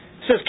says